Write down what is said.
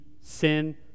sin